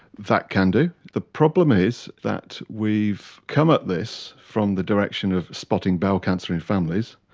that can do. the problem is that we've come at this from the direction of spotting bowel cancer in families,